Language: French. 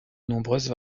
nombreuses